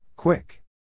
Quick